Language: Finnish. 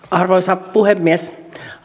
arvoisa puhemies